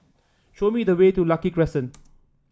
show me the way to Lucky Crescent